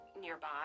nearby